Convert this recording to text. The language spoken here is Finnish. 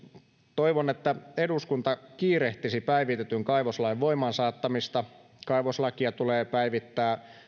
toivon että eduskunta kiirehtisi päivitetyn kaivoslain voimaan saattamista kaivoslakia tulee päivittää